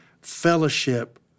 fellowship